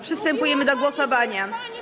Przystępujemy do głosowania.